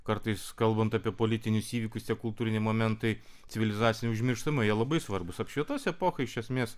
kartais kalbant apie politinius įvykius tie kultūriniai momentai civilizaciniai užmirštami jie labai svarbūs apšvietos epochai iš esmės